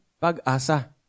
pag-asa